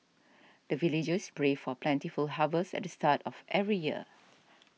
the villagers pray for plentiful harvest at the start of every year